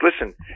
Listen